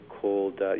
called